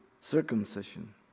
circumcision